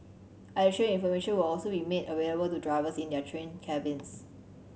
additional information will also be made available to drivers in their train cabins